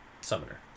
summoner